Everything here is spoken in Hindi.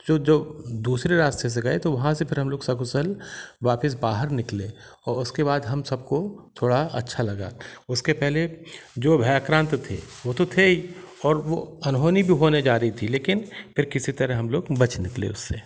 चो जो दूसरे रास्ते से गए तो वहाँ से फिर हमलोग सकुशल वापस बाहर निकले और उसके बाद हम सबको थोड़ा अच्छा लगा उसके पहले जो भैक्रांत थे वो तो थे ही और वो अनहोनी भी होने जा रही थी लेकिन फिर किसी तरह हम लोग बच निकले उससे